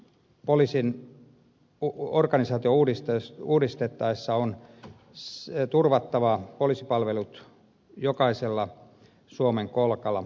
poliisin organisaatiota uudistettaessa on turvattava poliisipalvelut jokaisella suomen kolkalla